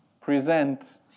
present